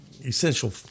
essential